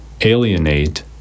alienate